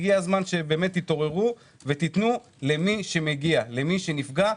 הגיע הזמן שתתעוררו ותיתנו למי שמגיע, למי שנפגע.